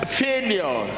failure